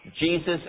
Jesus